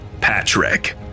Patrick